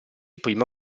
prima